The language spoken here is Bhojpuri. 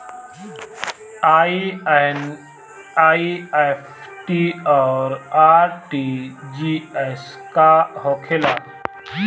ई एन.ई.एफ.टी और आर.टी.जी.एस का होखे ला?